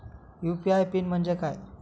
UPI PIN म्हणजे काय?